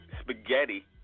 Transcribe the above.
spaghetti